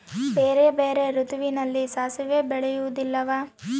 ಬೇರೆ ಬೇರೆ ಋತುವಿನಲ್ಲಿ ಸಾಸಿವೆ ಬೆಳೆಯುವುದಿಲ್ಲವಾ?